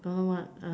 don't know what